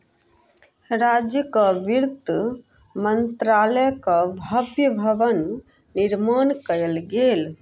राज्यक वित्त मंत्रालयक भव्य भवन निर्माण कयल गेल